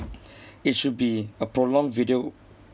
it should be a prolonged video